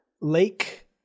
Lake